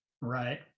Right